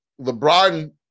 LeBron